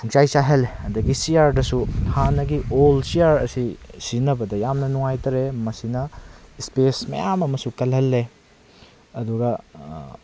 ꯄꯨꯡꯆꯥꯏ ꯆꯥꯏꯍꯜꯂꯦ ꯑꯗꯒ ꯆꯦꯌꯔꯗꯁꯨ ꯍꯥꯟꯅꯒꯤ ꯑꯣꯜ ꯆꯦꯌꯔ ꯑꯁꯤ ꯁꯤꯖꯟꯅꯕꯗ ꯌꯥꯝꯅ ꯅꯨꯡꯉꯥꯏꯇ꯭ꯔꯦ ꯃꯁꯤꯅ ꯏꯁꯄꯦꯁ ꯃꯌꯥꯝ ꯑꯃꯁꯨ ꯀꯜꯍꯜꯂꯦ ꯑꯗꯨꯒ